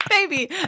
Baby